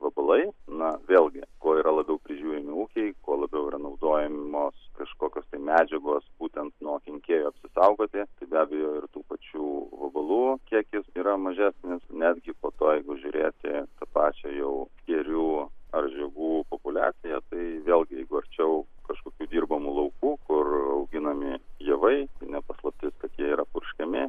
vabalai na vėlgi kuo yra labiau prižiūrimi ūkiai kuo labiau yra naudojamos kažkokios medžiagos būtent nuo kenkėjų apsisaugoti tai be abejo ir tų pačių vabalų kiekis yra mažesnis netgi po to jeigu žiūrėti tą pačią jau skėrių ar žirgų populiaciją tai vėlgi jeigu arčiau kažkokių dirbamų laukų kur auginami javai ne paslaptis kad jie yra purškiami